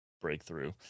breakthrough